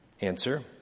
Answer